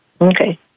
Okay